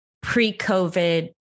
pre-COVID